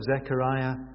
Zechariah